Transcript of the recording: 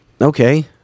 Okay